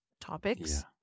topics